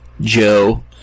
Joe